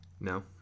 No